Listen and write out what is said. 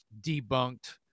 debunked